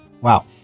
Wow